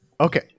Okay